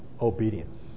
obedience